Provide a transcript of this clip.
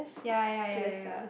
ya ya ya ya